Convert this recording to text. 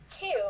two